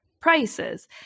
prices